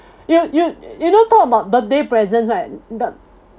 you you you know talk about birthday presents right the